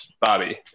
Bobby